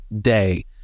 day